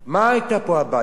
מה היתה הבעיה פה?